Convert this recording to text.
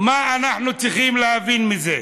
מה אנחנו צריכים להבין מזה?